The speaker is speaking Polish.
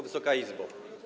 Wysoka Izbo!